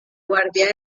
guardia